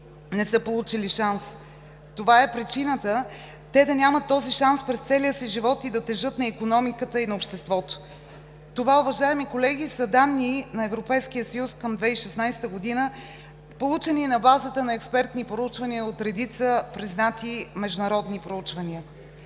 не са получили шанс. Това е причината те да нямат този шанс през целия си живот и да тежат и на икономиката, и на обществото. Това, уважаеми колеги, са данни на Европейския съюз към 2016 г., получени на базата на експертни проучвания от редица признати международни проучвания.